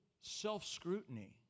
self-scrutiny